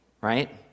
right